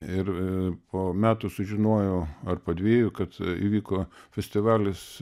ir po metų sužinojau ar po dviejų kad įvyko festivalis